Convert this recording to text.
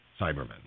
Cybermen